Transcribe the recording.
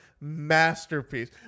masterpiece